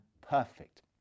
perfect